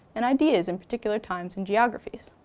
and ideas in particular times in geographies.